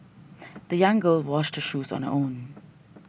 the young girl washed shoes on her own